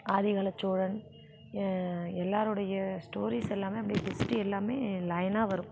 ஆதி கால சோழன் எல்லாருடைய ஸ்டோரீஸ் எல்லாமே அப்படியே ஹிஸ்ட்ரி எல்லாமே லைனாக வரும்